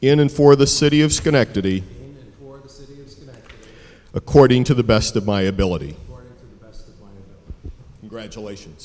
in and for the city of schenectady according to the best of my ability for graduation